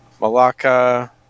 Malacca